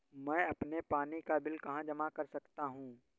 मैं अपने पानी का बिल कहाँ जमा कर सकता हूँ?